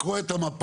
לקרוא את המפה,